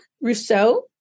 Rousseau